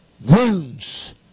wounds